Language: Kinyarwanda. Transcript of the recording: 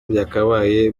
byakabaye